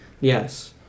yes